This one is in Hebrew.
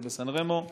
ובסן רמו,